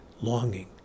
longing